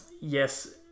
Yes